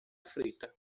frita